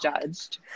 judged